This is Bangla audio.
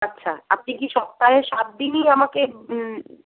আচ্ছা আপনি কি সপ্তাহে সাতদিনই আমাকে